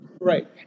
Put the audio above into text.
right